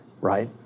right